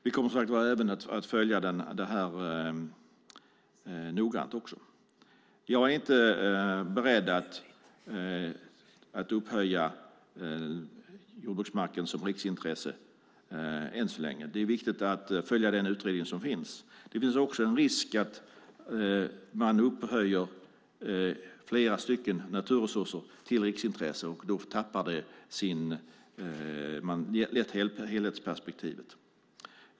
Vi kommer, som sagt, att följa det här noggrant. Jag är inte beredd att upphöja jordbruksmarken till riksintresse, än så länge. Det är viktigt att följa den utredning som finns. Det finns också en risk att man upphöjer flera naturresurser till riksintresse, och då tappar man lätt helhetsperspektivet.